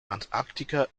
antarktika